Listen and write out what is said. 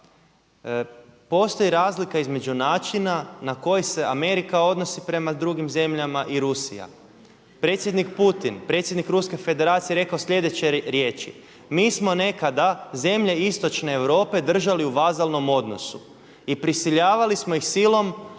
postoji razlika između načina na koji se Amerika odnosi prema drugim zemljama i Rusija. Predsjednik Putin, predsjednik Ruske Federacije je rekao sljedeće riječi: „Mi smo nekada zemlje istočne Europe držali u vazalnom odnosu i prisiljavali smo ih silom